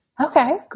Okay